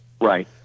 Right